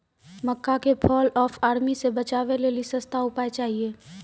मक्का के fall of army से बचाबै लेली सस्ता उपाय चाहिए?